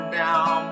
down